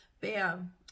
bam